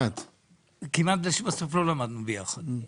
בסוף לא למדנו ביחד.